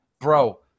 bro